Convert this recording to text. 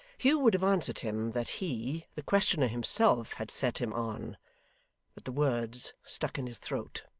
hugh would have answered him that he, the questioner himself had set him on, but the words stuck in his throat.